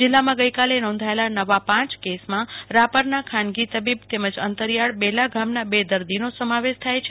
જીલ્લામાં ગઈકાલે નોંધાયેલા નવા પાંચ કેસીમાં રાપરના ખાનગી તબીબ તેમજ અંતરિયાળ બેલા ગામના બે દર્દીઓનો સમાવેશ થાય છે